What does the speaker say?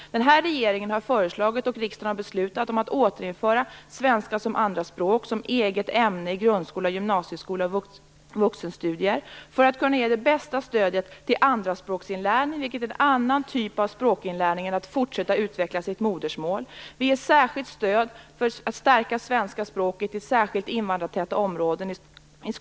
Den här regeringen har föreslagit och riksdagen har beslutat om att återinföra svenska som andraspråk som eget ämne i grundskola och gymnasieskola och i vuxenstudier. Det har vi gjort för att kunna ge det bästa stödet för andraspråksinlärning, vilket är en annan typ av språkinlärning än när man fortsätter att utveckla sitt modersmål. Vi ger särskilt stöd för att stärka svenska språket i skolorna i särskilt invandrartäta områden.